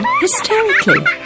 hysterically